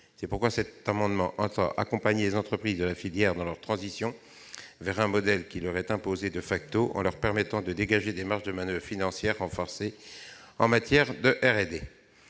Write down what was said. Les auteurs de cet amendement entendent accompagner les entreprises de la filière dans leur transition vers un modèle qui leur est imposé en leur permettant de dégager des marges de manoeuvre financières renforcées en matière de